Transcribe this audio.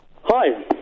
Hi